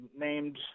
named